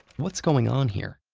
what's going on here?